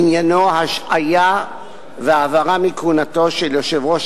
עניינו השעיה והעברה מכהונה של יושב-ראש